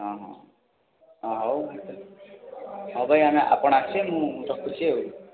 ହଁ ହଁ ହଁ ହେଉ ହେଉ ତେବେ ଆପଣ ଆସିବେ ମୁଁ ରଖୁଛି ଆଉ